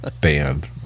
band